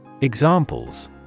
Examples